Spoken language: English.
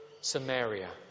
Samaria